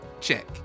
check